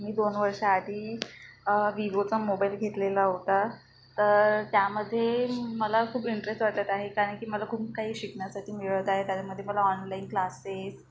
मी दोन वर्षाआधी विवोचा मोबाईल घेतलेला होता तर त्यामध्ये मला खूप इंटरेस्ट वाटत आहे कारण की मला खूप काही शिकण्यासाठी मिळत आहे त्याच्यामध्ये मला ऑनलाईन क्लासेस